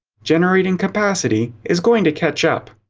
generating capacity is going to catch up.